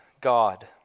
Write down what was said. God